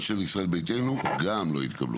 ההסתייגויות של ישראל ביתנו גם לא התקבלו.